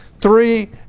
Three